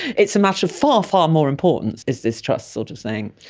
it's a matter far, far more important is this trust sort of thing.